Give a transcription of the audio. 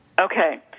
Okay